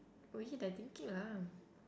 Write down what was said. wait I thinking lah